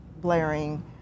blaring